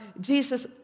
Jesus